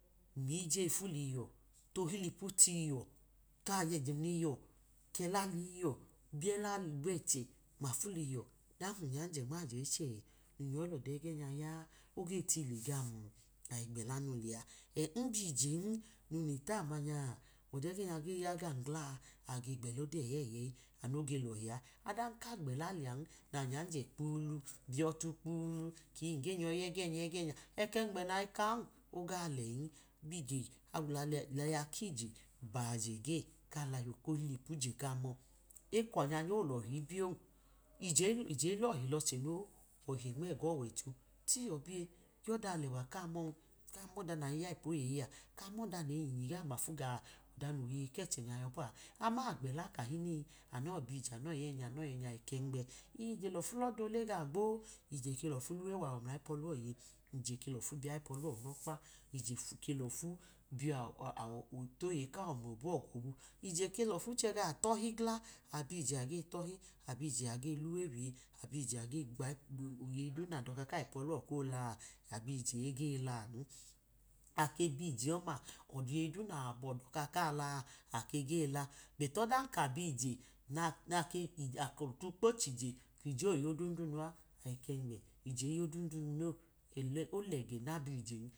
Miyiyeyi fu liyiyo, tohilipu tiyiyo, kaye gliyiyọ kala liyiyọ, biyẹla nmẹchẹ mafu liyiyọ, ọdan kum njanyẹ nmajẹ ichẹ ga lọda e̱gẹ nya ya oge lọhi gam? Aj gbelanu lẹa, n biyi je ichẹn, num le tamanye ọda egẹ nya ge ya gan gla? Ade gbelanu lea anu noge lohi a, ọdan ka gbẹla lẹa anu nanyanje kpulu biyọtu kpulu, na nyanje kii nge nyoyi yodeyi ẹgẹ nya ẹgẹnya ẹkẹmbgẹ na ka oga tẹn, biyije laya kije byẹ ẹgẹ kalaya kphlipu je kamọ, ekọọnya nya olọhi ebiyo ije ilọhi lọchẹ no, ohi nmegọwoicho tyiyọ biye yọda alẹwa kamọ kamọda nayi ya ipu oyyi a, kamọda neyinyanye ga mafu gaọ a ọda nowe ayeyi keche nya yọbọa, aman abije agbẹla kanọ yẹgẹ nya ye nua aji kengbe, ii ije lofu lọda ole gaọ gbo ije ke lọfu luwe luwo ml ayipọlọ iye, ije ke lọfu biye ayipọlọ unọkpa, ije lofu toyeyi kawọ mlọbaọ tu, ije ke lofu che gaọ tọhi gla, abiyije age tọhi, abiyiye age luwe wiye abiyye age oyeti du nadọka kayipọlọ kolaa abiyeje ege la anu ake biyye ọma oye duma nawọ abọyọ dọka ka laa ake g la bẹti ọdanka biyije na lọtu kpọchije kije oyodundunua ayi kẹmgbẹ ije iyodundunu no, olega nabiyijen.